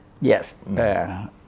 Yes